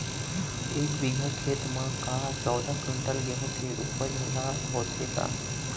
एक बीघा खेत म का चौदह क्विंटल गेहूँ के उपज ह होथे का?